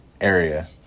area